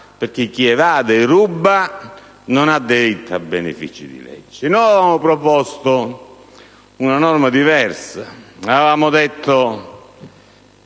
perché chi evade ruba - «non ha diritto a benefici di legge». Noi avevamo proposto una norma diversa.